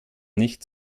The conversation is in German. nicht